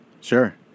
sure